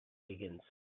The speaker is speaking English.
begins